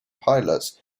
pilots